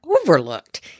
overlooked